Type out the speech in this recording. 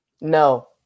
No